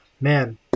man